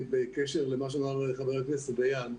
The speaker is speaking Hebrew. בקשר למה שאמר חבר הכנסת דיין,